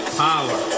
power